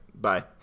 Bye